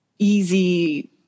easy